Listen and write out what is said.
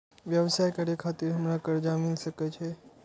व्यवसाय करे खातिर हमरा कर्जा मिल सके छे?